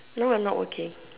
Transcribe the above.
no I'm not working